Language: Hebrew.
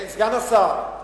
סגן השר,